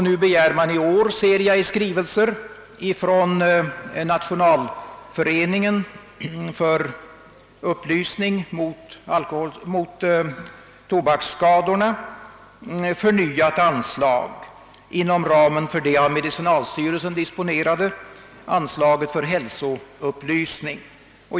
Nu i år begär Nationalföreningen för upplysning mot tobaksskadorna ett förnyat sådant anslag inom ramen för de av medicinalstyrelsen disponerade medlen för hälsoupplysning.